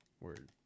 word